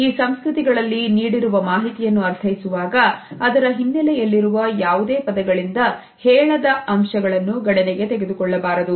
ಈ ಸಂಸ್ಕೃತಿಗಳಲ್ಲಿ ನೀಡಿರುವ ಮಾಹಿತಿಯನ್ನು ಅರ್ಥೈಸುವಾಗ ಅದರ ಹಿನ್ನೆಲೆಯಲ್ಲಿರುವ ಯಾವುದೇ ಪದಗಳಿಂದ ಹೇಳದ ಅಂಶಗಳನ್ನು ಗಣನೆಗೆ ತೆಗೆದುಕೊಳ್ಳಬಾರದು